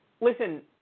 Listen